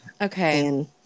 Okay